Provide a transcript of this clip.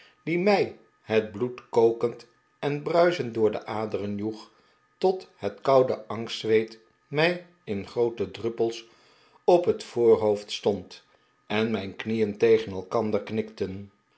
die mij het bloed kokend en bruisend door de aderen joeg tot het koude angstzweet mij in groote druppels op het voorhoofd stond en mijn knieen tegen elkander knikten